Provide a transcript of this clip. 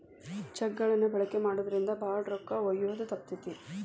check ಗಳನ್ನ ಬಳಕೆ ಮಾಡೋದ್ರಿಂದ ಭಾಳ ರೊಕ್ಕ ಒಯ್ಯೋದ ತಪ್ತತಿ